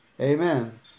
Amen